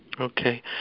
Okay